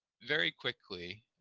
very quickly,